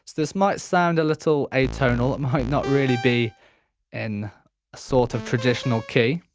this might sound a little atonal it might not really be in a sort of traditional key